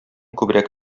күбрәк